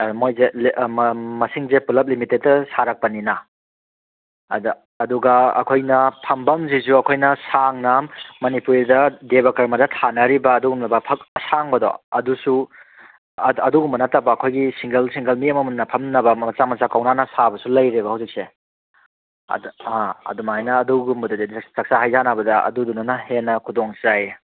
ꯃꯣꯏꯖꯦ ꯃꯁꯤꯡꯁꯦ ꯄꯨꯂꯞ ꯂꯤꯃꯤꯇꯦꯠꯇ ꯁꯥꯔꯛꯄꯅꯤꯅ ꯑꯗ ꯑꯗꯨꯒ ꯑꯩꯈꯣꯏꯅ ꯐꯝꯕꯝꯖꯤꯖꯨ ꯑꯩꯈꯣꯏꯅ ꯁꯥꯡꯅ ꯃꯅꯤꯄꯨꯔꯤꯗ ꯗꯦꯚ ꯀꯔꯃꯗ ꯊꯥꯅꯔꯤꯕ ꯑꯗꯨꯒꯨꯝꯂꯕ ꯐꯛ ꯑꯁꯥꯡꯕꯗꯣ ꯑꯗꯨꯁꯨ ꯑꯗꯨꯒꯨꯝꯕ ꯅꯠꯇꯕ ꯑꯩꯈꯣꯏꯒꯤ ꯁꯤꯡꯒꯜ ꯁꯤꯡꯒꯜꯒꯤ ꯑꯃꯃꯝꯅ ꯐꯝꯅꯕ ꯃꯆꯥ ꯃꯆꯥ ꯀꯧꯅꯥꯅ ꯁꯥꯕꯁꯨ ꯂꯩꯔꯦꯕ ꯍꯧꯖꯤꯛꯁꯦ ꯑꯗꯨꯏꯃꯥꯅ ꯑꯗꯨꯒꯨꯝꯕꯗꯗꯤ ꯆꯛꯆꯥ ꯍꯩꯖꯥꯟꯅꯕꯗ ꯑꯗꯨꯗꯨꯅ ꯍꯦꯟꯅ ꯈꯨꯗꯣꯡ ꯆꯥꯏ